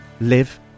live